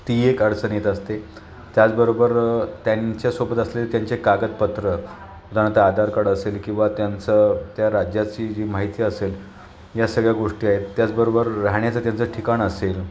ती एक अडचण येत असते त्याचबरोबर त्यांच्यासोबत असलेले त्यांचे कागदपत्र आधार काड असेल किंवा त्यांचं त्या राज्याची जी माहिती असेल या सगळ्या गोष्टी आहेत त्याचबरोबर राहण्याचं त्यांचं ठिकाण असेल